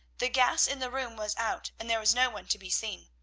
the gas in the room was out, and there was no one to be seen.